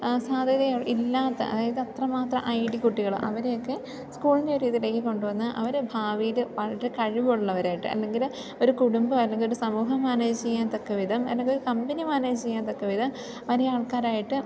സാധ്യതയൊൾ ഇല്ലാത്ത അതായത് അത്ര മാത്രം ഐ ഡി കുട്ടികൾ അവരെയൊക്കെ സ്കൂളിൻ്റെ ഒരിതിലേക്കു കൊണ്ടു വന്ന് അവരെ ഭാവിയിൽ വളരെ കഴിവുള്ളവരായിട്ട് അല്ലെങ്കിൽ ഒരു കുടുംബം അല്ലെങ്കിൽ ഒരു സമൂഹ മാനേജ് ചെയ്യത്തക്ക വിധം അല്ലെങ്കിൽ ഒരു കമ്പനി മാനേജ് ചെയ്യത്തക്ക വിധം വലിയ ആൾക്കാരായിട്ട്